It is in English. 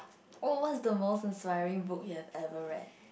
oh what is the most inspiring book you have ever read